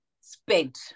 spent